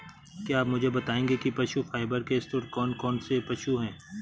क्या आप मुझे बताएंगे कि पशु फाइबर के स्रोत कौन कौन से पशु हैं?